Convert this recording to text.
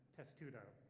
testudo.